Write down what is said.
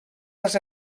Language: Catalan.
les